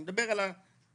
אני מדבר עכשיו על ההבנה,